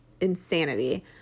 insanity